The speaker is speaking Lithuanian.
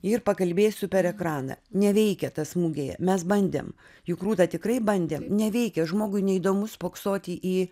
ir pakalbėsiu per ekraną neveikia tas mugėje mes bandėm juk rūta tikrai bandėm neveikia žmogui neįdomu spoksoti į